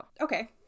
Okay